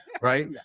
right